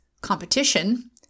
competition